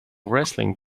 wrestling